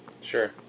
Sure